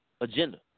Agenda